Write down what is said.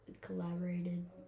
collaborated